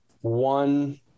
one